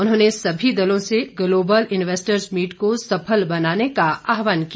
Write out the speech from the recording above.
उन्होंने सभी दलों से ग्लोबल इन्वेस्टर मीट को सफल बनाने का आहवान किया